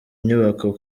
nyubako